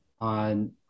on